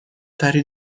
تری